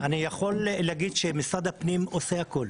אני יכול להגיד שמשרד הפנים עושה הכול,